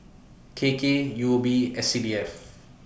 K K U B and C D F